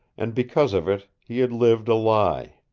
and because of it he had lived a lie.